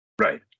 right